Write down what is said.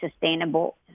sustainable